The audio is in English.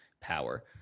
power